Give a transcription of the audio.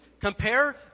Compare